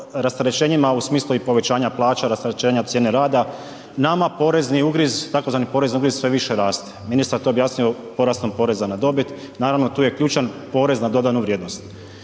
u smislu i povećanja plaća, rasterećenja cijene rada, nama porezni ugriz, tzv. porezni ugriz sve više raste. Ministar je to objasnio porastom poreza na dobit, naravno, tu je ključan PDV. I upravo